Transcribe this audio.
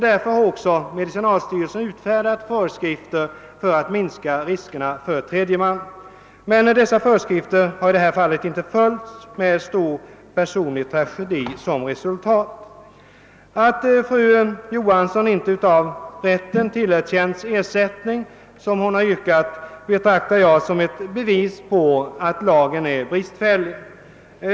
Därför har också medicinalstyrelsen utfärdat föreskrifter för att minska riskerna för tredje man, men dessa föreskrifter har i detta fall inte följts, med en stor personlig tragedi som resultat. Att fru Johansson inte av rätten tillerkänts ersättning som hon har yrkat betraktar jag som ett bevis på att lagen är bristfällig.